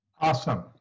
Awesome